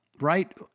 right